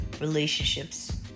relationships